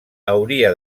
hauria